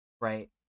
right